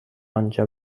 آنجا